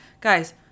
Guys